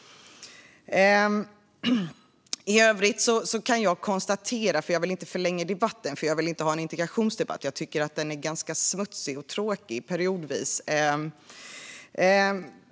Jag vill inte förlänga debatten, för jag vill inte ha en integrationsdebatt - jag tycker att den periodvis är ganska smutsig och tråkig.